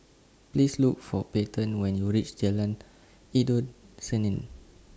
Please Look For Payten when YOU REACH Jalan Endut Senin